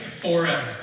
forever